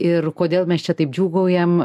ir kodėl mes čia taip džiūgaujam